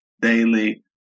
daily